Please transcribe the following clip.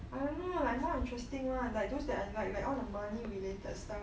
I don't know like more interesting one like those that I like like all the money related stuff